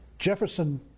Jefferson